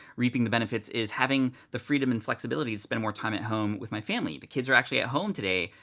reaping the benefits is having the freedom and flexibility to spend more time at home with my family. the kids are actually at home today,